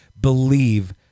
believe